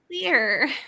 clear